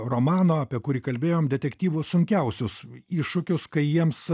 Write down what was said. romano apie kurį kalbėjom detektyvo sunkiausius iššūkius kai jiems